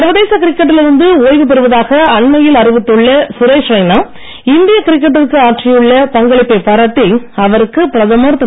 சர்வதேச கிரிக்கெட்டில் இருந்து ஓய்வு பெறுவதாக அண்மையில் அறிவித்துள்ள சுரேஷ் ரைனா இந்திய கிரிக்கெட்டிற்கு ஆற்றியுள்ள பங்களிப்பைப் பாராட்டி அவருக்கு பிரதமர் திரு